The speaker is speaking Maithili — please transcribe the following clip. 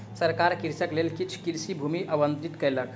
सरकार कृषकक लेल किछ कृषि भूमि आवंटित केलक